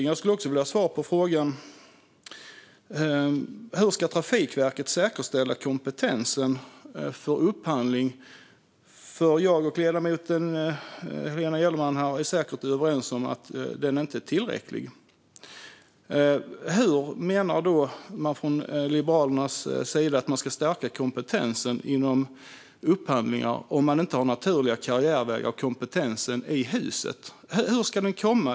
Jag skulle vilja ha svar på hur Trafikverket ska säkerställa kompetensen för upphandling - jag och ledamoten Helena Gellerman är säkert överens om att den inte är tillräcklig. Hur menar Liberalerna att man ska stärka kompetensen inom upphandlingar om man inte har naturliga karriärvägar och kompetens i huset? Hur ska den komma?